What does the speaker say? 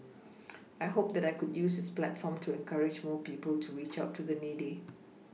I hope that I could use this platform to encourage more people to reach out to the needy